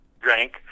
drank